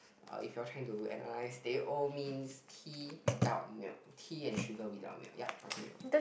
if you all try to analyse teh O means tea without milk tea and sugar without milk ya okay